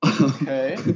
Okay